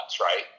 right